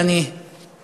אבל אני תוהה,